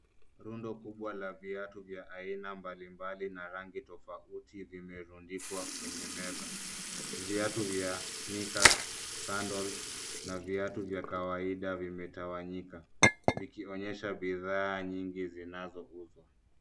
Rundo kubwa la viatu vya aina mbalimbali na rangi tofauti vimerundikwa kwenye meza. Viatu vya sneakers, sandles na viatu vya kawaida vimetawanyika vikionyesha bidhaa nyingi zinazouzwa.